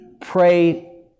Pray